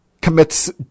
commits